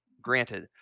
granted